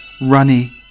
runny